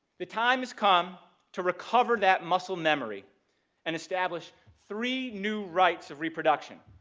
the time has come to recover that muscle memory and establish three new rights of reproduction.